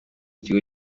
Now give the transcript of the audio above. ikigo